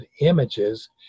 images